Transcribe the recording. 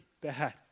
bad